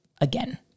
again